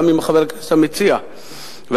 גם עם חבר הכנסת המציע והפרוטוקול.